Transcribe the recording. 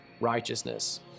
righteousness